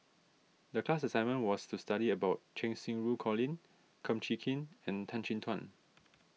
the class assignment was to study about Cheng Xinru Colin Kum Chee Kin and Tan Chin Tuan